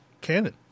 Canon